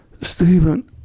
Stephen